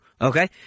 Okay